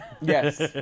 Yes